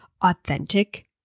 authentic